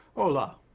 hola.